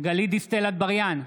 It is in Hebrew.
גלית דיסטל אטבריאן,